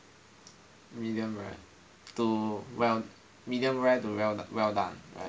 medium rare to well medium rare to well well done right